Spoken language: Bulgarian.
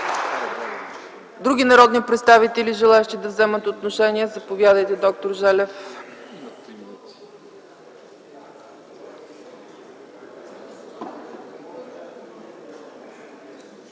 други народни представители, които желаят да вземат отношение? Заповядайте, доктор Желев.